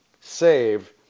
save